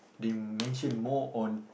they mention more on